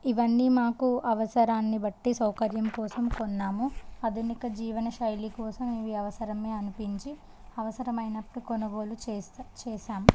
ఇవన్నీ మాకు అవసరాన్ని బట్టి సౌకర్యం కోసం కొన్నాము ఆధునిక జీవన శైలి కోసం ఇవి అవసరమే అనిపించి అవసరమైనప్పుడు కొనుగోలు చేస్తూ చేసాము